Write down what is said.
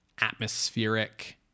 atmospheric